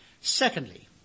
Secondly